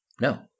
No